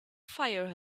fire